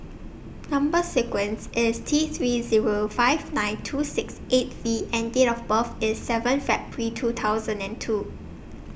Number sequence IS T three Zero five nine two six eight V and Date of birth IS seven February two thousand and two